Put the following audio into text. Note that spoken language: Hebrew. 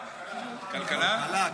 כלכלה.